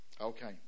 Okay